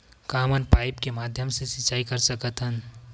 का हमन पाइप के माध्यम से सिंचाई कर सकथन?